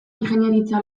ingeniaritza